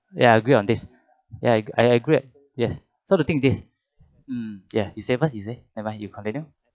ya agree on this ya I agree yes so the thing this mm ya you say first you say never mind you continue